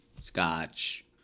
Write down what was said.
scotch